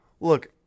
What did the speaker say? Look